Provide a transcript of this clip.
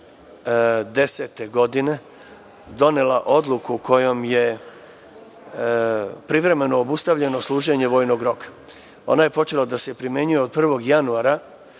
2010. godine, donela odluku kojom je privremeno obustavljeno služenje vojnog roka. Ona je počela da se primenjuje od 1. januara